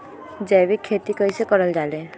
जैविक खेती कई से करल जाले?